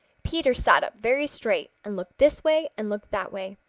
peter sat up very straight and looked this way and looked that way.